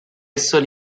solo